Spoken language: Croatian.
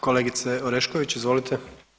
Kolegice Orešković izvolite.